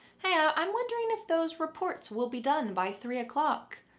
hey, yeah i'm wondering if those reports will be done by three o'clock.